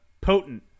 potent